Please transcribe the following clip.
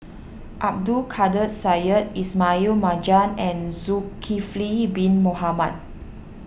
Abdul Kadir Syed Ismail Marjan and Zulkifli Bin Mohamed